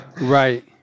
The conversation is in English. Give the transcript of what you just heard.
Right